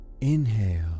Inhale